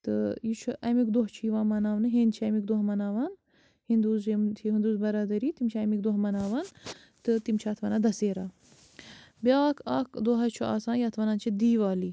تہٕ یہِ چھُ اَمیٛک دۄہ چھُ یِوان مناونہٕ ہیٚنٛدۍ چھِ اَمیٛک دۄہ مناوان ہنٛدوٗز یِم چھِ ہنٛدوٗز بَرادٔری تِم چھِ اَمِکۍ دۄہ مناوان تہٕ تِم چھِ اَتھ وَنان دَسیرا بیٛاکھ اَکھ دۄہ حظ چھُ آسان یَتھ وَنان چھِ دیٖوالی